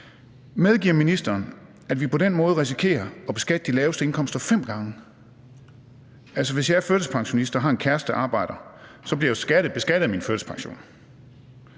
Medgiver ministeren, at vi på den måde risikerer at beskatte de laveste indkomster fem gange? Altså, hvis jeg er førtidspensionist og har en kæreste, der arbejder, så bliver jeg beskattet af min førtidspension.